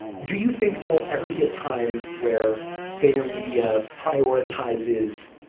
do you think there will ever be a time where vaynermedia prioritizes